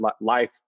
life